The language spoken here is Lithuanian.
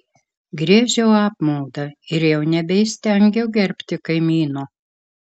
giežiau apmaudą ir jau nebeįstengiau gerbti kaimyno